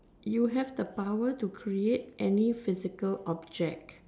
you have the power to create any physical object